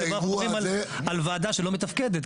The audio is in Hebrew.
לאירוע הזה --- על ועדה שלא מתפקדת.